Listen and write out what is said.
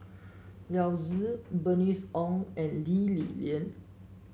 Yao Zi Bernice Ong and Lee Li Lian